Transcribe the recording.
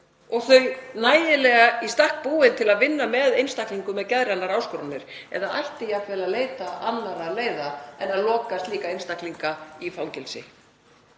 og þau nægilega í stakk búin til að vinna með einstaklingum með geðrænar áskoranir eða ætti jafnvel að leita annarra leiða en að loka slíka einstaklinga í fangelsi?